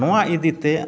ᱱᱚᱣᱟ ᱤᱫᱤᱛᱮ